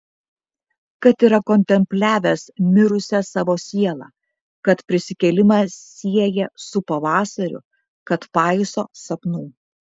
kad yra kontempliavęs mirusią savo sielą kad prisikėlimą sieja su pavasariu kad paiso sapnų